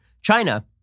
China